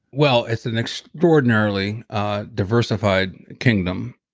well, it's an extraordinarily diversified kingdom,